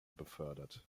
befördert